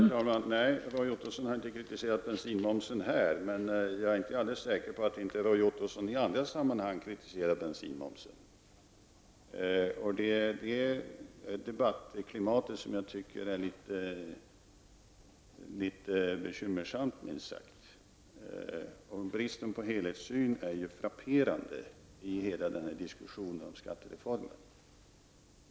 Herr talman! Nej, Roy Ottosson har inte kritiserat bensinmomsen här. Men jag är inte alldeles säker på att inte Roy Ottosson i andra sammanhang har kritiserat bensinmomsen. Det är det debattklimatet som jag tycker är litet bekymmersamt. Bristen på helhetssyn är frapperande i hela diskussionen om skattereformen.